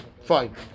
Fine